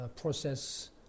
process